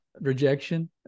rejection